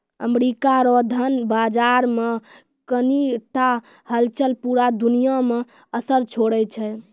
America रो धन बाजार मे कनी टा हलचल पूरा दुनिया मे असर छोड़ै छै